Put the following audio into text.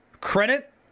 credit